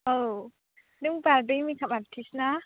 औ नों बारदै मेकाप आर्टिस्त ना